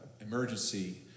emergency